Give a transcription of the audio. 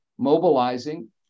Mobilizing